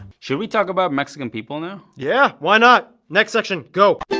should we talk about mexican people now? yeah, why not? next section. go!